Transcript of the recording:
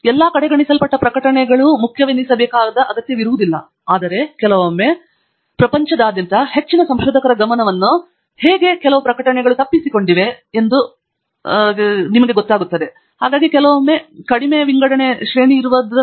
ಎಲ್ಲಾ ಕಡೆಗಣಿಸಲ್ಪಟ್ಟ ಪ್ರಕಟಣೆಗಳೂ ಮುಖ್ಯವೆನಿಸಬೇಕಾದ ಅಗತ್ಯವಿರುವುದಿಲ್ಲ ಆದರೆ ಕೆಲವೊಮ್ಮೆ ಪ್ರಪಂಚದಾದ್ಯಂತ ಹೆಚ್ಚಿನ ಸಂಶೋಧಕರ ಗಮನವನ್ನು ಹೇಗೆ ತಪ್ಪಿಸಿಕೊಂಡಿವೆ ಎಂದು ಬಹಳ ಮುಖ್ಯವಾದ ಮತ್ತು ಉಪಯುಕ್ತ ಪ್ರಕಟಣೆಗಳಿವೆ